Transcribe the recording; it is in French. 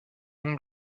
non